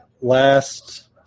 last